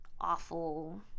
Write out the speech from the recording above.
awful